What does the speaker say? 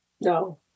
No